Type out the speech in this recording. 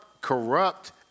corrupt